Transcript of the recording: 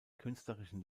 künstlerischen